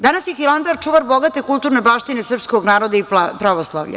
Danas je Hilandar čuvar bogate kulturne baštine srpskog naroda i pravoslavlja.